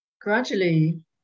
gradually